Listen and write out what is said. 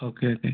okay okay